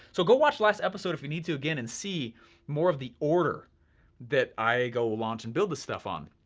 so go watch last episode if you need to again and see more of the order that i go launch and build this stuff on.